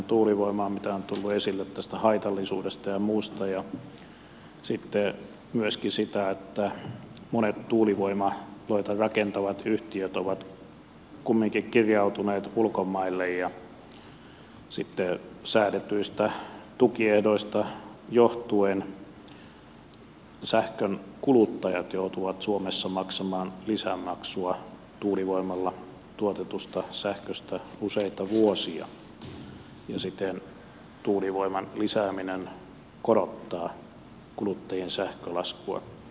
se mitä on tullut esille tästä haitallisuudesta ja muusta ja sitten myöskin se että monet tuulivoimaloita rakentavat yhtiöt ovat kumminkin kirjautuneet ulkomaille ja sitten säädetyistä tukiehdoista johtuen sähkönkuluttajat joutuvat suomessa maksamaan lisämaksua tuulivoimalla tuotetusta sähköstä useita vuosia ja siten tuulivoiman lisääminen korottaa kuluttajien sähkölaskua